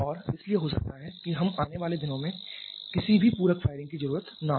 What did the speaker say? और इसलिए हो सकता है कि हम आने वाले दिनों में किसी भी पूरक फायरिंग की जरूरत न हो